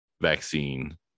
vaccine